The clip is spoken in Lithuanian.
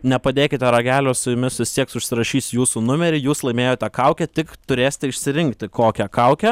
nepadėkite ragelio su jumis susisieks užsirašys jūsų numerį jūs laimėjote kaukę tik turėsite išsirinkti kokią kaukę